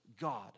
God